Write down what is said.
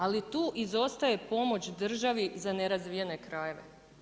Ali, tu izostaje pomoć državi za nerazvijene krajeve.